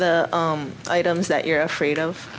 the items that you're afraid of